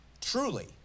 truly